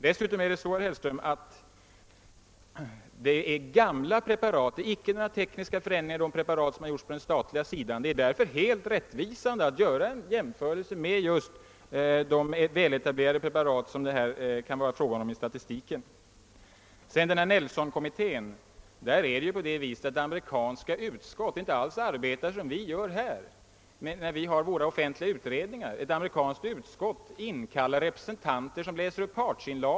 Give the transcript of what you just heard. Dessutom är det, herr Hellström, fråga om gamla preparat på den statliga sidan. Det har icke företagits några tekniska förändringar av de preparat som där tillverkas. Det är därför helt rättvisande att göra en jämförelse just med de väletablerade preparat som kan ingå i den vanliga prisstatistiken. Vad Nelsonkommittén beträffar, arbetar amerikanska utskott inte alls som våra offentliga utredningar. Ett amerikanskt utskott inkallar representanter som läser upp partsinlagor.